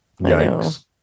Yikes